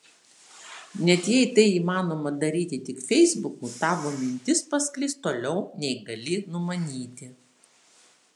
net jei tai įmanoma daryti tik feisbuku tavo mintis pasklis toliau nei gali numanyti